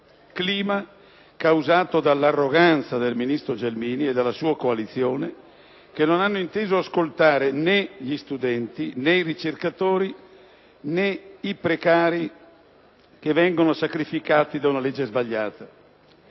clima causato dall’arroganza del ministro Gelmini e della sua coalizione, che non hanno inteso ascoltare ne´ gli studenti, ne´ i ricercatori, ne´ i precari, che vengono sacrificati da una legge sbagliata.